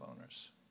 owners